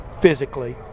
physically